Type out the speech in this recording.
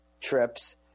trips